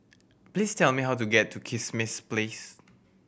please tell me how to get to Kismis Place